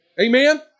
Amen